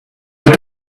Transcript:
ride